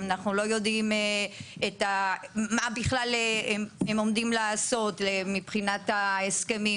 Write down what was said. אנחנו לא יודעים מה הם בכלל עומדים לעשות מבחינת ההסכמים,